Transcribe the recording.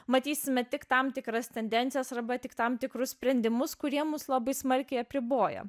matysime tik tam tikras tendencijas arba tik tam tikrus sprendimus kurie mus labai smarkiai apriboja